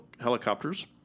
helicopters